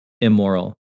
immoral